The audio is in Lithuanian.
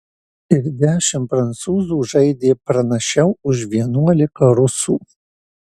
ir dešimt prancūzų žaidė pranašiau už vienuolika rusų